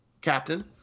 captain